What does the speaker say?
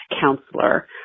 counselor